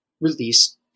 release